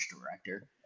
director